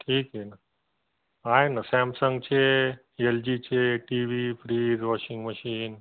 ठीक आहे ना आहे ना सॅमसंगचे एल जीचे T V fridge washing machine